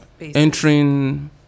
Entering